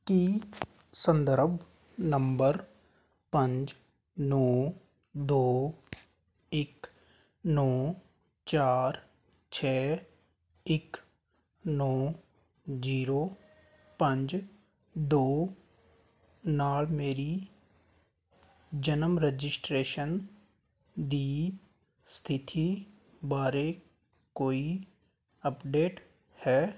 ਕੀ ਸੰਦਰਭ ਨੰਬਰ ਪੰਜ ਨੌਂ ਦੋ ਇੱਕ ਨੌਂ ਚਾਰ ਛੇ ਇੱਕ ਨੌਂ ਜ਼ੀਰੋ ਪੰਜ ਦੋ ਨਾਲ ਮੇਰੀ ਜਨਮ ਰਜਿਸਟ੍ਰੇਸ਼ਨ ਦੀ ਸਥਿਤੀ ਬਾਰੇ ਕੋਈ ਅਪਡੇਟ ਹੈ